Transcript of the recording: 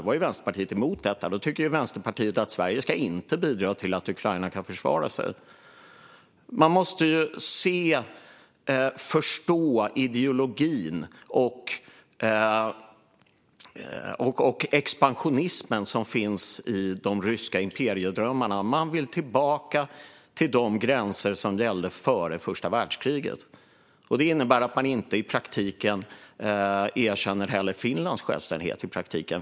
Då var Vänsterpartiet emot och tyckte inte att Sverige ska bidra till att Ukraina kan försvara sig. Man måste se och förstå den ideologi och expansionism som finns i de ryska imperiedrömmarna. Man vill tillbaka till de gränser som gällde före första världskriget. Detta innebär att man i praktiken heller inte erkänner Finlands självständighet.